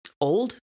Old